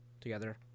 together